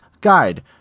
guide